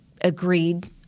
agreed